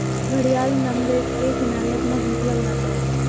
घड़ियाल नम रेत के किनारे अपना घोंसला बनाता है